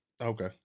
Okay